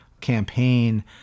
campaign